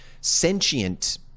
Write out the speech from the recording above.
sentient